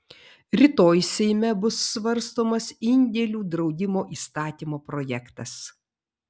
rytoj seime bus svarstomas indėlių draudimo įstatymo projektas